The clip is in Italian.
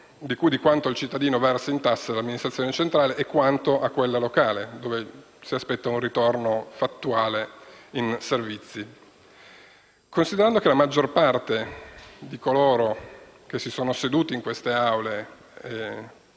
di quanto il cittadino versa in tasse all'amministrazione centrale e quanto a quella locale (dalla quale si aspetta un ritorno sul territorio in servizi). Considerando che la maggior parte di coloro che sono seduti in queste Aule